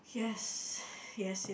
yes yes it